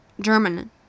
German